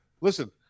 listen